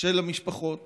של המשפחות